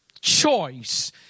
choice